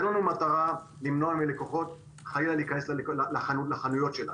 אין לנו מטרה למנוע מלקוחות להיכנס לחנויות שלנו.